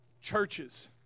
Churches